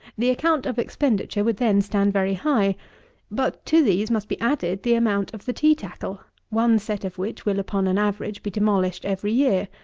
the account of expenditure would then stand very high but to these must be added the amount of the tea tackle, one set of which will, upon an average, be demolished every year.